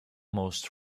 most